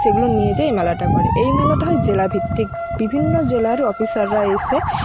সেগুলো নিয়ে যেয়ে এই মেলাটা করে এই মেলাটা জেলাভিত্তিক বিভিন্ন জেলার অফিসাররা এসে